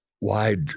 wide